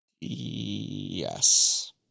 Yes